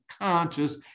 conscious